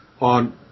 on